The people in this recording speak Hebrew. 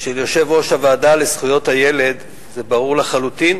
של יושב-ראש הוועדה לזכויות הילד זה ברור לחלוטין